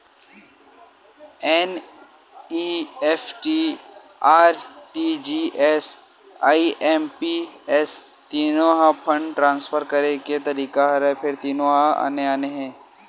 NEFT, RTGS, IMPS तीनो ह fund transfer करे के तरीका हरय फेर तीनो ह आने आने हे